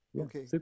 okay